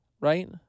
right